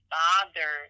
bother